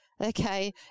Okay